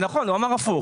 נכון, הוא אמר הפוך.